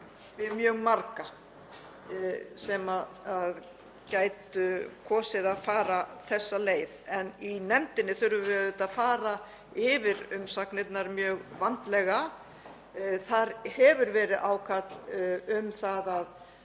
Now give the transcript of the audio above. við mjög marga sem gætu kosið að fara þessa leið. Við í nefndinni þurfum auðvitað að fara yfir umsagnirnar mjög vandlega. Þar hefur verið ákall um að